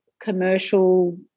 commercial